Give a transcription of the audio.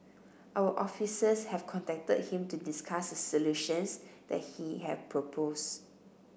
our officers have contacted him to discuss the solutions that he has propose